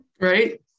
Right